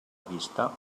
vista